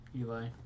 Eli